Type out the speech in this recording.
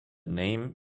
name